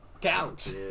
couch